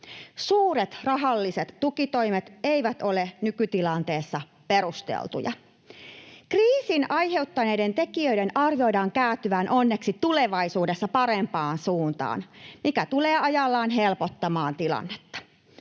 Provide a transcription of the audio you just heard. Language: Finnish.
Suuret rahalliset tukitoimet eivät ole nykytilanteessa perusteltuja. Kriisin aiheuttaneiden tekijöiden arvioidaan kääntyvän onneksi tulevaisuudessa parempaan suuntaan, mikä tulee ajallaan helpottamaan tilannetta,